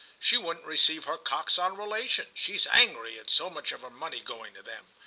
she won't receive her coxon relations she's angry at so much of her money going to them.